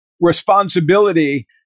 responsibility